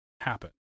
happen